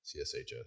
CSHS